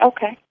Okay